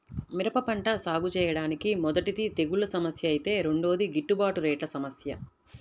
మిరప పంట సాగుచేయడానికి మొదటిది తెగుల్ల సమస్య ఐతే రెండోది గిట్టుబాటు రేట్ల సమస్య